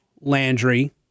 Landry